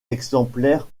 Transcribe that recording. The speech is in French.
exemplaires